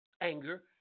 anger